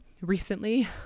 Recently